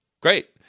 great